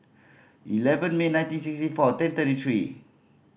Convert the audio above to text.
eleven May nineteen sixty four ten thirty three